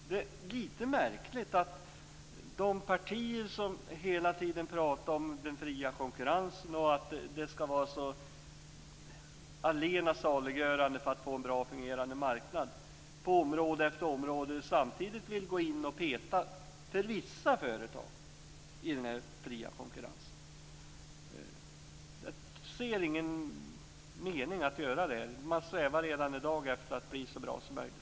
Det är lite märkligt att de partier som hela tiden talar om den fria konkurrensen och om att den skall vara allena saliggörande för att få en bra fungerande marknad på område efter område samtidigt vill gå in och peta i denna fria konkurrens för vissa företag. Jag ser ingen mening med att göra det. Man strävar redan i dag efter att bli så bra som möjligt.